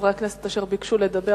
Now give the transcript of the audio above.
חברי הכנסת אשר ביקשו לדבר,